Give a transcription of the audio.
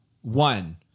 one